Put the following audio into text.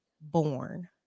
Born